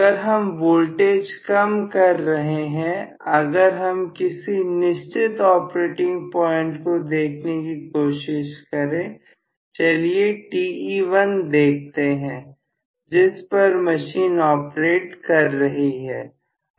अगर हम वोल्टेज कम कर रहे हैं अगर हम किसी निश्चित ऑपरेटिंग पॉइंट को देखने की कोशिश करें चलिए Te1 देखते हैं जिस पर मशीन ऑपरेट कर रही है